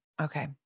Okay